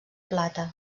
plata